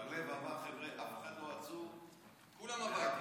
בר לב אמר: חבר'ה, אף אחד לא עצור, זה הבדואים,